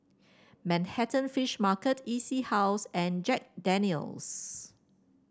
Manhattan Fish Market E C House and Jack Daniel's